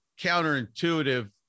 counterintuitive